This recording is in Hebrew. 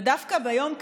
ודווקא ביום כזה,